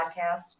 podcast